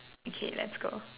okay let's go